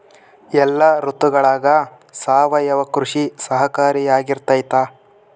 ಎಲ್ಲ ಋತುಗಳಗ ಸಾವಯವ ಕೃಷಿ ಸಹಕಾರಿಯಾಗಿರ್ತೈತಾ?